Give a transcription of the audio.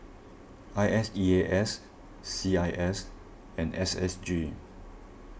I S E A S C I S and S S G